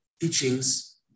teachings